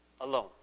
alone